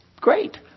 Great